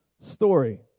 story